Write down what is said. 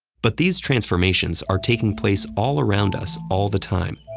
but these transformations are taking place all around us, all the time.